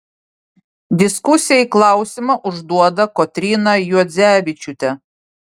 diskusijai klausimą užduoda kotryna juodzevičiūtė